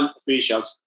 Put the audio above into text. officials